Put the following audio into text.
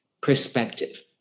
perspective